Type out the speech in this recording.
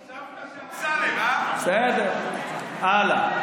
בסדר, הלאה.